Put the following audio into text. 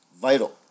vital